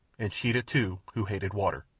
and sheeta, too, who hated water.